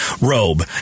robe